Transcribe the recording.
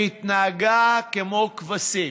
והתנהגה כמו כבשים.